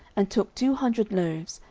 and took two hundred loaves,